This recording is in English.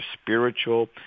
spiritual